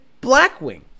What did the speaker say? Blackwing